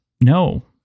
no